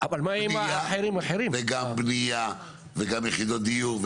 וגם יחידות דיור,